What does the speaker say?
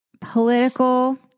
political